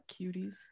Cuties